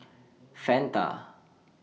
Fanta